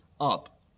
up